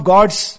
God's